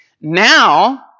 Now